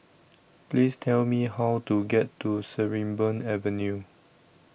Please Tell Me How to get to Sarimbun Avenue